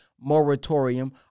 moratorium